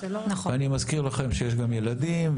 ואני מזכיר לכם שיש גם ילדים,